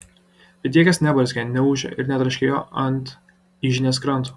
bet niekas neburzgė neūžė ir netraškėjo ant yžnės kranto